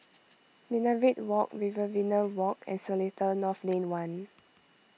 Minaret Walk Riverina Walk and Seletar North Lane one